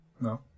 No